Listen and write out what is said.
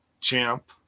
champ